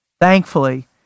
Thankfully